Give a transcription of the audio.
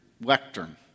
lectern